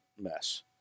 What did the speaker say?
mess